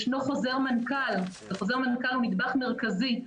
יש חוזר מנכ"ל והוא נדבך מרכזי.